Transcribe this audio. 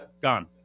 gone